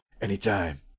Anytime